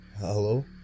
Hello